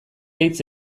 hitz